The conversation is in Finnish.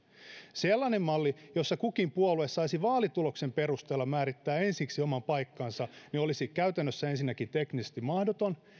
sellainen malli jossa kukin puolue saisi vaalituloksen perusteella määrittää ensiksi oman paikkansa olisi käytännössä ensinnäkin teknisesti mahdoton